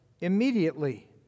immediately